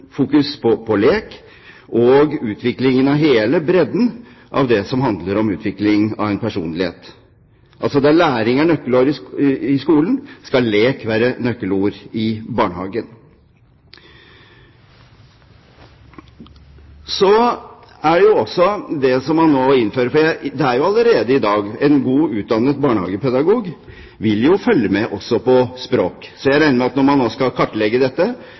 fokus på lek og utviklingen av hele bredden av det som handler om utvikling av en personlighet, altså der læring er nøkkelord i skolen, skal lek være nøkkelord i barnehagen. Allerede i dag vil jo en godt utdannet barnehagepedagog også følge med på språk. Så jeg regner med at når man nå skal kartlegge dette,